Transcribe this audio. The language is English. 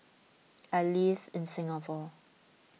I live in Singapore